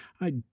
I